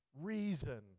Reason